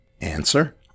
Answer